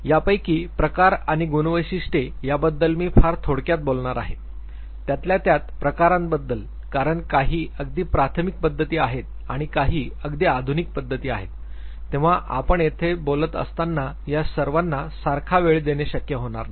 यापैकी प्रकार आणि गुणवैशिष्ट्ये याबद्दल मी फार थोडक्यात बोलणार आहे त्यातल्यात्यात प्रकारांबद्दल कारण काही अगदी प्राथमिक पद्धती आहेत आणि काही अगदी आधुनिक पद्धती आहेत तेव्हा आपण येथे बोलत असताना त्या सर्वांना सारखा वेळ देणे शक्य होणार नाही